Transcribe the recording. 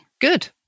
good